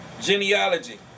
genealogy